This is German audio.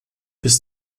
bis